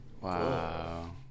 Wow